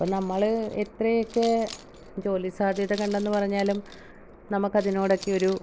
അപ്പം നമ്മൾ എത്രയക്കെ ജോലി സാധ്യത കണ്ടെന്ന് പറഞ്ഞാലും നമുക്കതിനോടൊക്കെ ഒരു